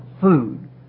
food